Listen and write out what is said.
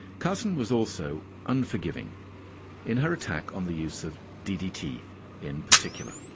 carson was also unforgiving in her attack on the use of ddt in particular,